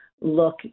look